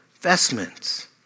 vestments